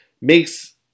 makes